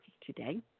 today